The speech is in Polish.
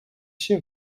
się